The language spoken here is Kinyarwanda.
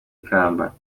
ikamba